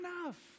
enough